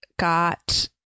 got